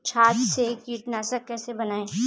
छाछ से कीटनाशक कैसे बनाएँ?